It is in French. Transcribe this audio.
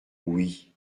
oui